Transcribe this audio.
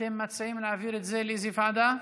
אתם מציעים להעביר את זה לאיזו ועדה?